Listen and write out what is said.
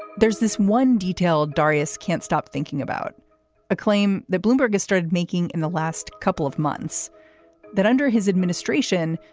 there's this one detail. darrius can't stop thinking about a claim that bloomberg started making in the last couple of months that under his administration,